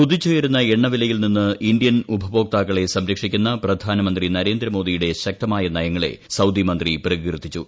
കുതിച്ച് ഉയരുന്ന എണ്ണ വിലിയിൽ ്നിന്ന് ഇന്ത്യൻ ഉപഭോക്താക്കളെ സംരക്ഷിക്കുന്ന പ്രധാനമന്ത്രി നരേന്ദ്രമോദിയുടെ ശൃക്ത്മായ നയങ്ങളെ സൌദി മന്ത്രി പ്രകീർത്തിച്ചു